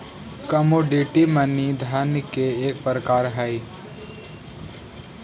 commodity money धन के एक प्रकार हई